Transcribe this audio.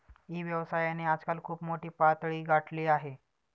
E व्यवसायाने आजकाल खूप मोठी पातळी गाठली आहे